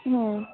ಹ್ಞೂ